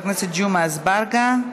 בקריאה טרומית,